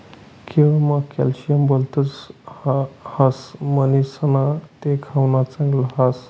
केळमा कॅल्शियम भलत ह्रास म्हणीसण ते खावानं चांगल ह्रास